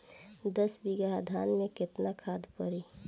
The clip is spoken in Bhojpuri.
दस बिघा धान मे केतना खाद परी?